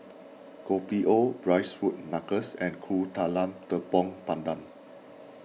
Kopi O Braised wood Knuckles and Kuih Talam Tepong Pandan